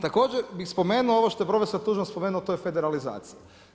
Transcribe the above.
Također bi spomenuo ovo što je prof. Tuđman spomenuo, to je federalizacija.